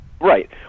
Right